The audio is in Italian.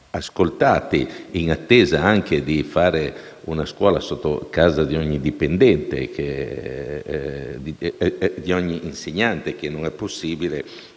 ascoltati) e in attesa di fare una scuola sotto casa di ogni dipendente e di ogni insegnante, cosa che non è possibile,